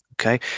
okay